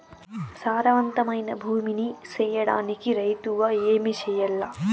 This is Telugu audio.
సారవంతమైన భూమి నీ సేయడానికి రైతుగా ఏమి చెయల్ల?